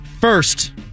First